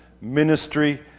ministry